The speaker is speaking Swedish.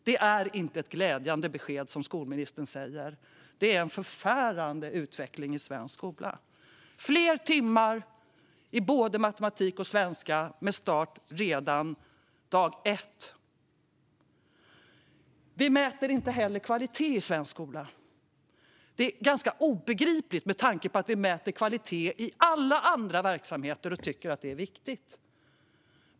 Det är inte ett glädjande besked, som skolministern säger. Det är en förfärande utveckling i svensk skola. Vi måste ha fler timmar i både matematik och svenska med start redan dag ett. Vi mäter inte heller kvalitet i svensk skola. Det är ganska obegripligt med tanke på att vi mäter kvalitet i alla andra verksamheter och tycker att det är viktigt.